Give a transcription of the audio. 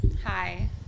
Hi